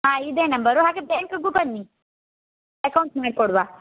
ಹಾಂ ಇದೇ ನಂಬರು ಹಾಗೆ ಬ್ಯಾಂಕ್ಗೂ ಬನ್ನಿ ಅಕೌಂಟ್ ಮಾಡಿಕೊಡುವ